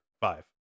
five